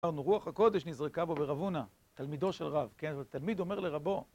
אמרנו, רוח הקודש נזרקה בו ברבונה, תלמידו של רב, כן, אבל תלמיד אומר לרבו.